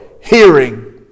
hearing